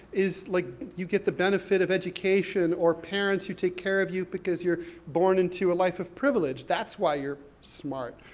like, you get the benefit of education, or parents who take care of you because you're born into a life of privilege, that's why you're smart.